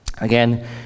Again